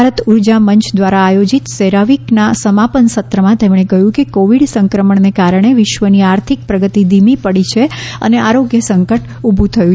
ભારત ઉર્જા મંચ દ્વારા આયોજીત સેરોવિકના સમાપન સત્રમાં તેમણે કહ્યું કે કોવિડ સંક્રમણને કારણે વિશ્વની આર્થિક પ્રગતિ ધીમી પડી અને આરોગ્ય સંકટ ઉભું થયું